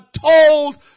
told